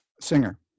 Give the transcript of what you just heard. Singer